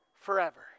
Forever